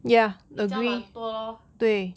比较懒惰 lor